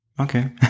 okay